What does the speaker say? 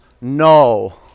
no